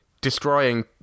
destroying